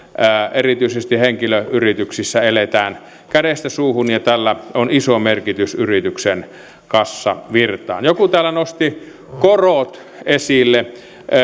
erityisesti henkilöyrityksissä eletään kädestä suuhun tällä on iso merkitys yrityksen kassavirtaan joku täällä nosti korot esille